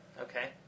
Okay